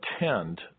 attend